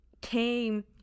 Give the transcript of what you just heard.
Came